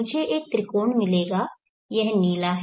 मुझे एक त्रिकोण मिलेगा यह नीला है